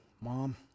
mom